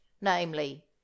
namely